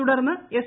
തുടർന്ന് എസ്